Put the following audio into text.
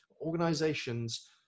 organizations